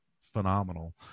phenomenal